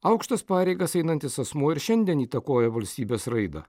aukštas pareigas einantis asmuo ir šiandien įtakoja valstybės raidą